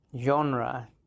genre